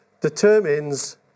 determines